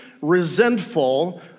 resentful